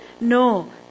No